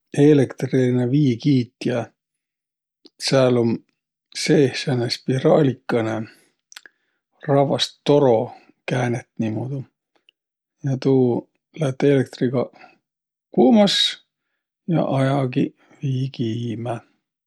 Eelektriline viikiitjä, sääl um seeh sääne spiraalikõnõ, ravvast toro, käänet niimudu. Ja tuu lätt eelektriga kuumas ja ajagiq vii kiimä.